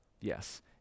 Yes